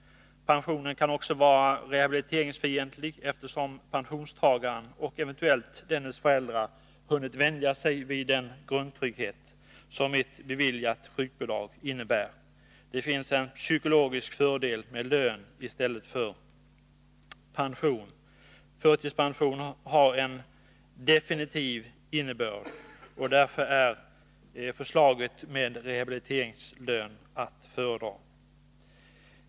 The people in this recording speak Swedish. Pensionen kan också vara rehabiliteringsfientlig, eftersom pensionstagaren och eventuellt dennes föräldrar hunnit vänja sig vid den grundtrygghet som ett beviljat sjukbidrag innebär. Det finns en psykologisk fördel med lön i stället för pension. Förtidspensionen har en definitiv innebörd. Därför är förslaget med rehabiliteringslön att föredra.